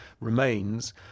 remains